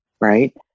Right